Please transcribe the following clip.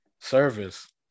service